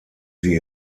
sie